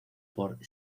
por